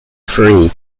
three